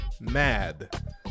mad